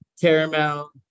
caramel